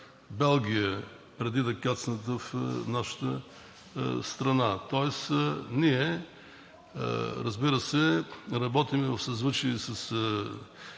Белгия преди да кацнат в нашата страна. Ние, разбира се, работим в съзвучие с